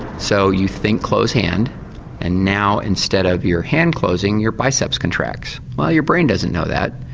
so you think close hand and now instead of your hand closing your biceps contracts. well your brain doesn't know that,